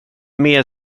mer